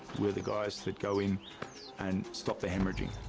we're the guys that go in and stop the hemorrhaging.